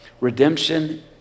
Redemption